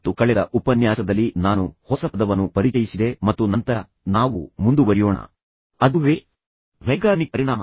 ಮತ್ತು ಕಳೆದ ಉಪನ್ಯಾಸದಲ್ಲಿ ನಾನು ಹೊಸ ಪದವನ್ನು ಪರಿಚಯಿಸಿದೆ ಮತ್ತು ನಂತರ ನಾವು ಮುಂದುವರಿಯೋಣ ಅದುವೇ ಝೈಗಾರ್ನಿಕ್ ಪರಿಣಾಮ